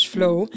Flow